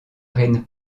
reine